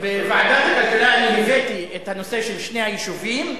בוועדת הכלכלה אני הבאתי את הנושא של שני היישובים,